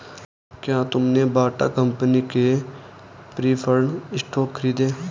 क्या तुमने Bata company के प्रिफर्ड स्टॉक खरीदे?